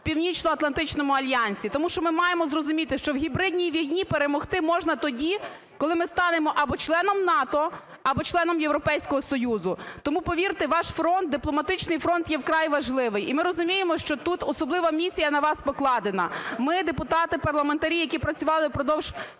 Північноатлантичному альянсі. Тому що ми маємо зрозуміти, що в гібридній війні перемогти можна тоді, коли ми станемо або членом НАТО, або членом Європейського Союзу. Тому, повірте, ваш фронт, дипломатичний фронт, є вкрай важливий. І ми розуміємо, що тут особлива місія на вас покладена. Ми депутати-парламентарі, які працювали впродовж